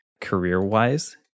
career-wise